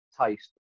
taste